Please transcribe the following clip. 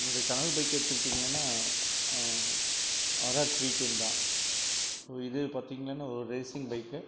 என்னோடைய கனவு பைக்கு எடுத்துக்கிட்டிங்கன்னா ஆர்ஆர் த்ரீ டென் தான் ஸோ இது பார்த்திங்கன்னா ஒரு ரேசிங் பைக்கு